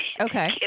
Okay